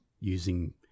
using